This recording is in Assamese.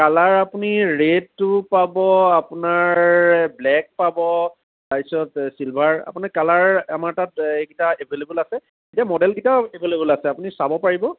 কালাৰ আপুনি ৰেড পাব আপোনাৰ ব্লেক পাব তাৰপিছত চিল্ভাৰ আপুনি কালাৰ আমাৰ তাত এইকিটা এভেইলেবুল আছে এতিয়া মডেলকিটা এভেইলেবল আছে আপুনি চাব পাৰিব